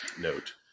note